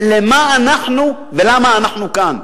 לְמה אנחנו ולָמה אנחנו כאן.